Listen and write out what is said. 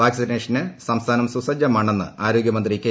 വാക്സിനേഷന് സംസ്ഥാനം സുസജ്ജമാണെന്ന് ആരോഗൃമന്ത്രി കെ